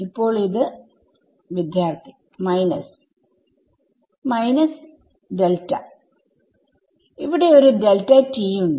ഇപ്പോൾ ഇത് വിദ്യാർത്ഥി മൈനസ് മൈനസ് വിദ്യാർത്ഥി ഡെൽറ്റ ഇവിടെ ഒരു ഉണ്ട്